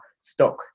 Stock